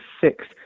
six